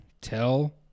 tell